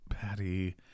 Patty